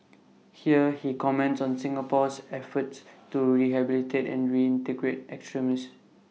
here he comments on Singapore's efforts to rehabilitate and reintegrate extremists